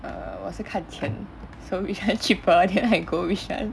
err 我是看钱 so which one cheaper then I go which one